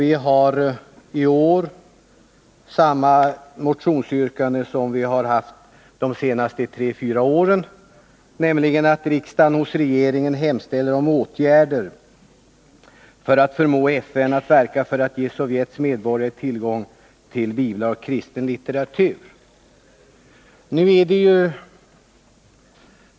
Vi har i år framställt samma motionsyrkande som vi fört fram de senaste tre fyra åren, nämligen att riksdagen hos regeringen hemställer om åtgärder för att förmå FN att verka för att ge Sovjetunionens medborgare tillgång till biblar och kristen litteratur.